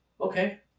Okay